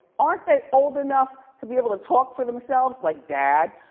aren't they old enough to be able to talk for themselves? like dad,